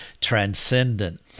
transcendent